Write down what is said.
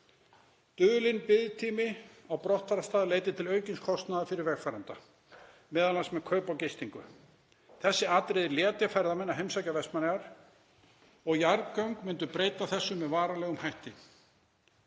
Dulinn biðtími á brottfararstað leiddi til aukins kostnaðar fyrir vegfarenda, m.a. kaup á gistingu. Þessi atriði letja ferðamenn að heimsækja Vestmannaeyjar og jarðgöng myndu breyta þessu með varanlegum hætti.